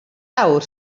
awr